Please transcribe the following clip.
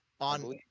on